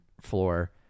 floor